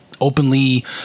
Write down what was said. openly